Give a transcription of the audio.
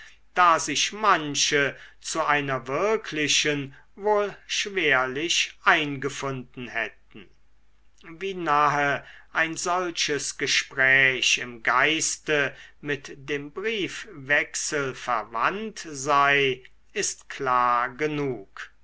da sich manche zu einer wirklichen wohl schwerlich eingefunden hätten wie nahe ein solches gespräch im geiste mit dem briefwechsel verwandt sei ist klar genug